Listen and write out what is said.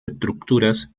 estructuras